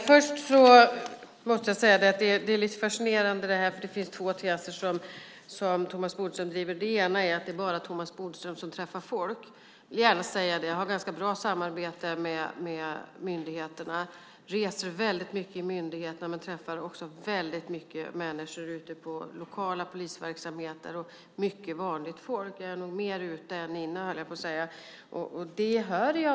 Fru talman! Det är lite fascinerande. Det är två teser som Thomas Bodström driver. Den ena är att det bara är Thomas Bodström som träffar folk. Jag har ganska bra samarbete med myndigheterna. Jag reser väldigt mycket och träffar väldigt mycket människor ute på lokala polisverksamheter och också vanligt folk. Jag är nog mer ute än inne, höll jag på att säga.